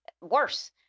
worse